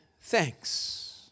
thanks